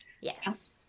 Yes